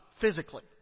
physically